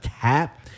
tap